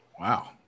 Wow